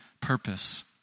purpose